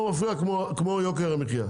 שום דבר לא מפריע כמו יוקר המחייה.